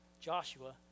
Joshua